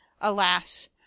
alas